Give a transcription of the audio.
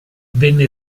venne